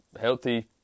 healthy